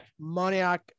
Moniak